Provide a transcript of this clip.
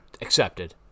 accepted